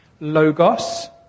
Logos